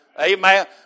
amen